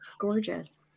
gorgeous